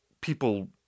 people